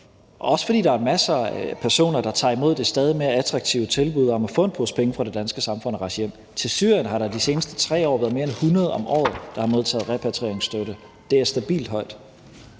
også fordi der er masser af personer, der tager imod det stadigt mere attraktive tilbud om at få en pose penge fra det danske samfund og rejse hjem. I forhold til Syrien har der de seneste 3 år været mere end 100 personer om året, der har modtaget repatrieringsstøtte. Det er stabilt højt.